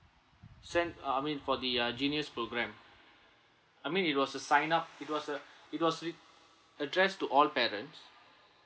send uh I mean for the uh genius programme I mean it was to sign up because uh because it address to all parents